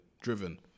driven